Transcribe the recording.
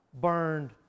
burned